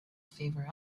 favor